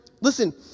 listen